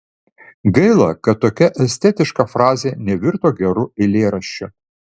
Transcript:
gaila kad tokia estetiška frazė nevirto geru eilėraščiu